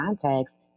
context